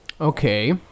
Okay